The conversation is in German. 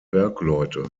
bergleute